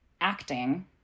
acting